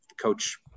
coach